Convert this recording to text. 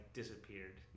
disappeared